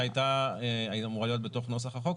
שהייתה אמורה להיות אומנם בתוך נוסח החוק,